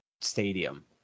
stadium